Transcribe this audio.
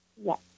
Yes